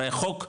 הרי חוק,